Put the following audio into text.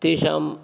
तेषां